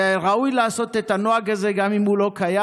ראוי לעשות את הנוהג הזה גם אם הוא לא קיים.